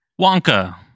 Wonka